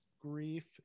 Grief